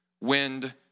wind